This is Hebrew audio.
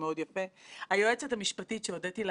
כשהתנעתי את התהליך במליאת הכנסת להקמת ועדת